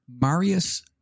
Marius